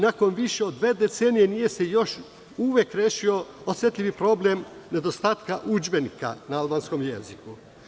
Nakon više od dve decenije nije se još uvek rešio osetljivi problem nedostatka udžbenika na albanskom jeziku.